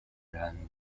ran